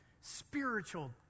spiritual